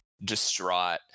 distraught